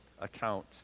account